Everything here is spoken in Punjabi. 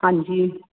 ਹਾਂਜੀ